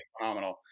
phenomenal